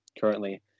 currently